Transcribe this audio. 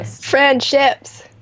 Friendships